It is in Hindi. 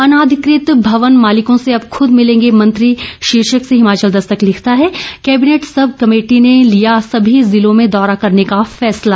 अनाधिकृत भवन मालिकों से अब खुद मिलेंगे मंत्री शीर्षक से हिमाचल दस्तक लिखता है कैबिनेट सब कमेटी ने लिया सभी जिलों में दौरा करने का फैसला